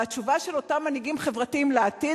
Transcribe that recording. והתשובה של אותם מנהיגים חברתיים לעתיד